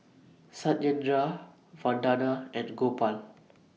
Satyendra Vandana and Gopal